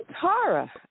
Tara